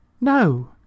No